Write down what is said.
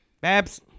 Babs